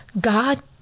God